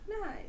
nice